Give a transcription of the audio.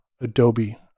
Adobe